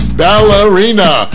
ballerina